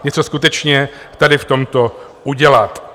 něco skutečně tady v tomto udělat.